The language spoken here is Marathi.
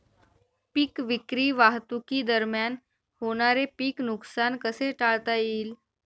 पीक विक्री वाहतुकीदरम्यान होणारे पीक नुकसान कसे टाळता येईल?